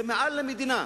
זה מעל המדינה.